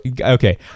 Okay